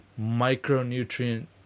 micronutrient